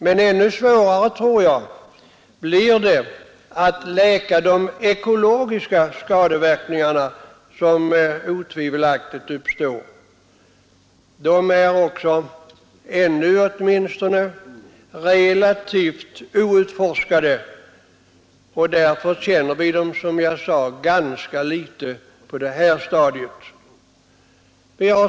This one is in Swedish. Men ännu svårare tror jag det blir att läka de ekologiska skadeverkningar som otvivelaktigt uppstår. De är också ännu relativt outforskade. Därför känner vi dem ganska litet på nuvarande stadium.